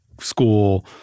school